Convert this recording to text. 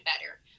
better